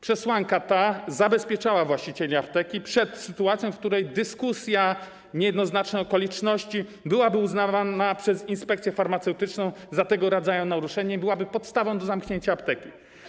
Przesłanka ta zabezpieczała właścicieli apteki przed sytuacją, w której dyskusja, niejednoznaczne okoliczności byłyby uznawane przez inspekcję farmaceutyczną za tego rodzaju naruszenie i byłyby podstawą do zamknięcia apteki.